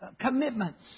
commitments